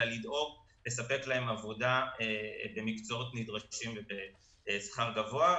אלא לדאוג לספק להן עבודה במקצועות נדרשים עם שכר גבוה.